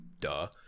duh